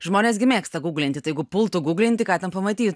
žmonės gi mėgsta guglinti taigi pultų guglinti ką ten pamatytų